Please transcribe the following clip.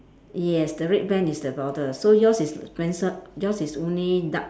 yes the red van is the border so yours is yours is only dark